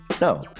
No